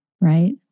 right